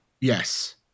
Yes